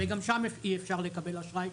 וגם בבנק הדואר אי אפשר לקבל אשראי,